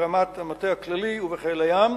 ברמת המטה הכללי ובחיל הים,